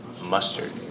Mustard